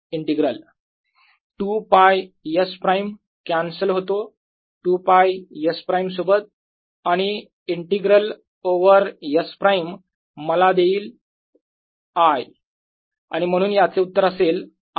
2 π S prime cancel होतो 2 π s prime सोबत आणि इंटिग्रल ओवर S प्राईम मला देईल 1 आणि म्हणून याचे उत्तर असेल I